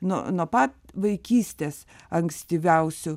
nu nuo pat vaikystės ankstyviausių